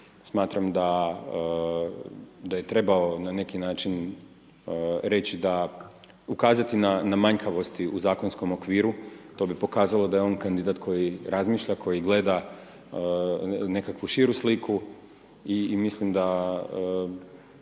smatram da je trebao na neki način reći da, ukazati na manjkavosti u zakonskom okviru, to bi pokazalo da je on kandidat koji razmišlja, koji gleda nekakvu širu sliku i mislim da